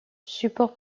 support